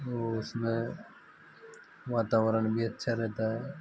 वो उसमें वातावरण भी अच्छा रहता है